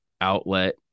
outlet